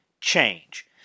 change